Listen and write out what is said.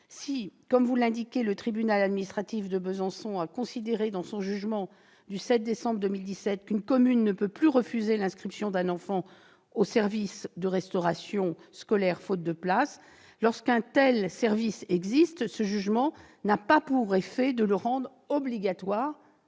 si, comme vous l'indiquez, le tribunal administratif de Besançon a considéré dans son jugement du 7 décembre 2017 qu'une commune ne peut plus refuser l'inscription d'un enfant au service de restauration scolaire faute de place, lorsqu'un tel service existe, ce jugement n'a pas pour effet de le rendre obligatoire